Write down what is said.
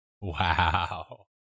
Wow